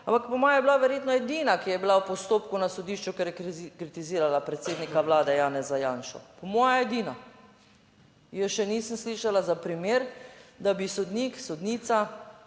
ampak po moje je bila verjetno edina, ki je bila v postopku na sodišču, ker je kritizirala predsednika vlade Janeza Janšo. Po moje edina. Jaz še nisem slišala za primer, da bi sodnik, sodnica